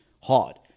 hard